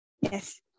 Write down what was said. yes